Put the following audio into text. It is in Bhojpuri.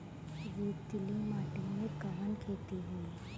रेतीली माटी में कवन खेती होई?